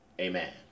Amen